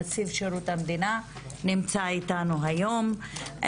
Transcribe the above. נציב שירות המדינה נמצא איתנו היום.